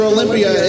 Olympia